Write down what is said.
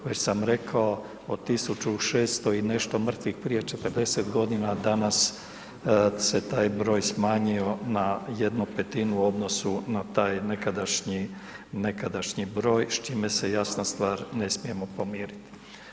Već sam rekao od 1600 i nešto mrtvih prije 40 g., danas se tak broj smanjio na 1/5 odnosno na tak nekadašnji broj s čime se jasna stvar, ne smijemo pomiriti.